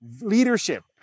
leadership